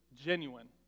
genuine